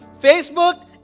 Facebook